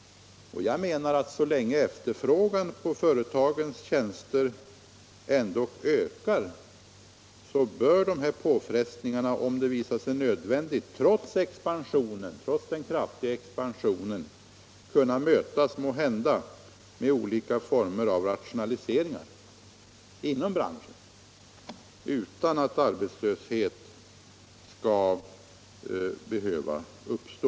Jag menar att så länge efterfrågan på företagens Om taxiflygföretatjänster ändå ökar bör dessa påfrestningar kunna mötas med olika former = gens ekonomiska av rationaliseringar inom branschen, om detta trots den kraftiga expan = förhållanden sionen skulle visa sig nödvändigt. Sådana åtgärder borde kunna vidtas utan att arbetslöshet skulle behöva uppstå.